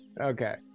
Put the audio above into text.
Okay